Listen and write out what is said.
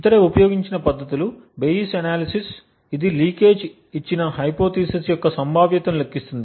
ఇతర ఉపయోగించిన పద్ధతులు బేయిస్ అనాలిసిస్ ఇది లీకేజ్ ఇచ్చిన హైపోథెసిస్ యొక్క సంభావ్యతను లెక్కిస్తుంది